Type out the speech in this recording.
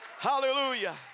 Hallelujah